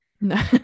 No